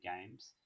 games